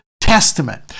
Testament